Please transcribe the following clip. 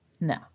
No